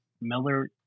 Miller